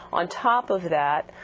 on top of that,